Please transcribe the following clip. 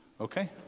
Okay